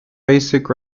basic